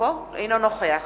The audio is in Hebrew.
אינו נוכח